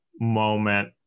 moment